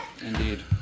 Indeed